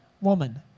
woman